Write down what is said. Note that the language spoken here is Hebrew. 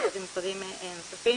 ומשרדים נוספים.